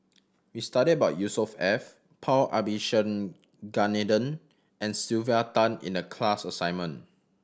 we studied about Yusnor Ef F Paul Abisheganaden and Sylvia Tan in the class assignment